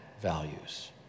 values